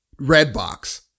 Redbox